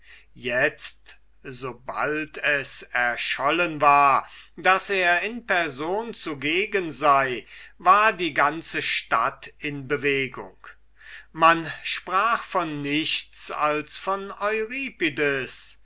so bald es erschollen war daß er in person zugegen sei war die ganze stadt in bewegung man sprach von nichts als vom